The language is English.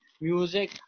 music